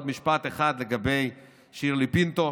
עוד משפט אחד לגבי שירלי פינטו: